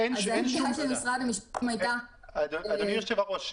אז העמדה של משרד המשפטים הייתה -- אדוני היושב-ראש,